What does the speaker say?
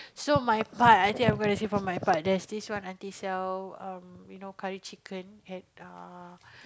so my part I think I'm going to say for my part there's this one aunty sell um you know curry chicken and err